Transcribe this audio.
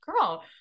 girl